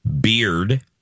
Beard